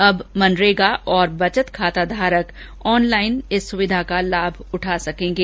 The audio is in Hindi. अब मनरेगा और बचत खाता धारक ऑनलाइन इस सुविधा का लाभ उठा सकेंगे